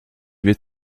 wird